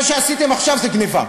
מה שעשיתם עכשיו זה גנבה,